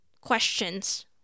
questions